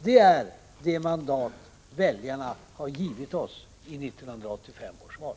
Det är det mandat väljarna givit oss i 1985 års val.